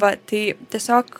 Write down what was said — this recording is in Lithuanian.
va tai tiesiog